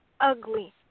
ugly